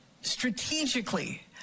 strategically